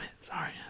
sorry